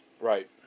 Right